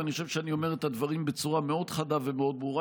ואני חושב שאני אומר את הדברים בצורה מאוד חדה ומאוד ברורה,